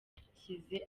babishyize